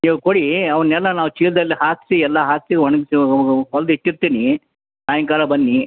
ನೀವು ಕೊಡಿ ಅವನ್ನೆಲ್ಲ ನಾವು ಚೀಲದಲ್ಲಿ ಹಾಕಿಸಿ ಎಲ್ಲ ಹಾಕಿಸಿ ಒಣಗಿಸಿ ಹೊಲ್ದು ಇಟ್ಟಿರ್ತೀನಿ ಸಾಯಂಕಾಲ ಬನ್ನೀ